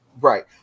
Right